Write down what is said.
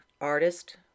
artist